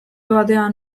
batean